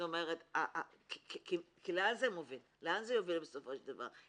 כי לאן זה יוביל בסופו של דבר?